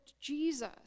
Jesus